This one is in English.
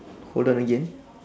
hold on again